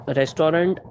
restaurant